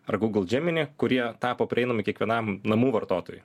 ar google gemini kurie tapo prieinami kiekvienam namų vartotojui